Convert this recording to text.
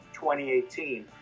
2018